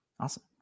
Awesome